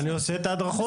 אני עושה את ההדרכות,